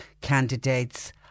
candidates